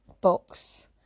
box